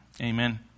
amen